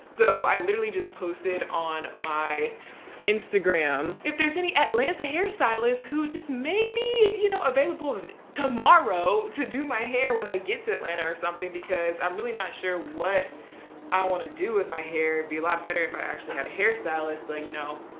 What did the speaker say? so i literally just posted on my instagram. if there's any atlanta hairstylist who just may be, you know, available tomorrow, to do my hair when i get to atlanta or something, because i'm really not sure what i want to do with my hair. be a lot better if i actually had a hairstylist. but you know,